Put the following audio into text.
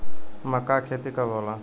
मक्का के खेती कब होला?